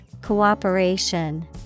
Cooperation